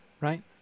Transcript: right